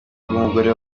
bw’umugore